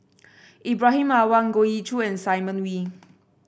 Ibrahim Awang Goh Ee Choo and Simon Wee